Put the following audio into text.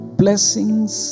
blessings